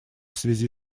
связи